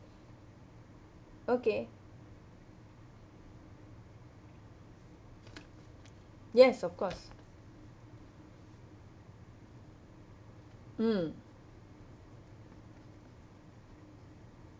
okay okay yes of course mm